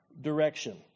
direction